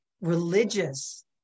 religious